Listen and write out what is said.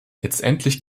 letztendlich